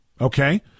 Okay